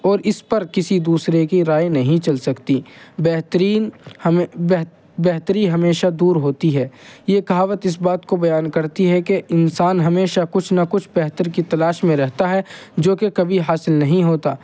اور اس پر کسی دوسرے کی رائے نہیں چل سکتی بہترین ہمیں بہتری ہمیشہ دور ہوتی ہے یہ کہاوت اس بات کو بیان کرتی ہے کہ انسان ہمیشہ کچھ نہ کچھ بہتر کی تلاش میں رہتا ہے جو کہ کبھی حاصل نہیں ہوتا